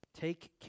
Take